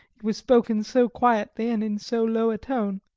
it was spoken so quietly and in so low a tone